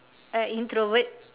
a introvert